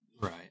right